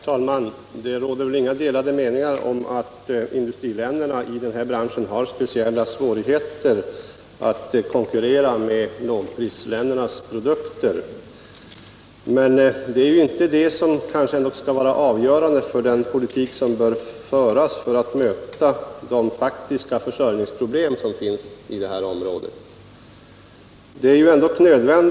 Herr talman! Det råder väl inga delade meningar om att industriländerna i denna bransch har speciella svårigheter att konkurrera med lågprisländerna. Men det är kanske inte det som skall vara avgörande för den politik som bör föras för att möta de praktiska försörjningsproblem som finns på detta område.